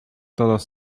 todos